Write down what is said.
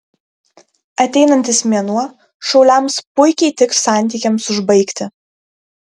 ateinantis mėnuo šauliams puikiai tiks santykiams užbaigti